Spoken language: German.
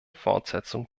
fortsetzung